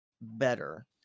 better